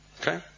Okay